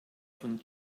von